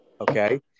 okay